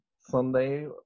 Sunday